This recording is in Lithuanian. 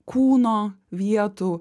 kūno vietų